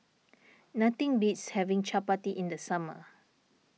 nothing beats having Chapati in the summer